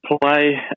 play